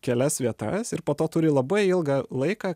kelias vietas ir po to turi labai ilgą laiką